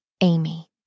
Amy